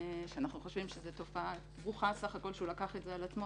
כשאנחנו חושבים שזו תופעה ברוכה בסך הכול שהוא לקח את זה על עצמו.